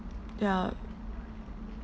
ya